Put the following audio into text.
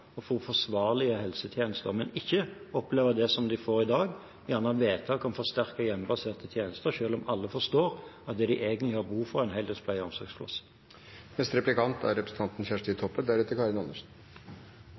å få forsvarlige helsetjenester, men ikke oppleve det som de får i dag, gjerne vedtak om forsterkede hjemmebaserte tjenester, selv om alle forstår at det de egentlig har behov for, er en heldøgns pleie- og